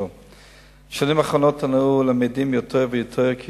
בשנים האחרונות אנו למדים יותר ויותר כי